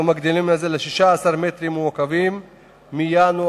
אנחנו מגדילים את זה ל-16 מטרים מעוקבים מינואר,